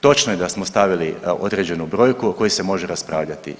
Točno je da smo stavili određenu brojku o kojoj se može raspravljati.